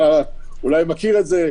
אתה אולי מכיר את זה,